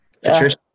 Patricia